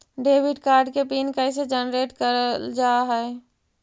Debit card के PIN कैसे generate करल जाहै?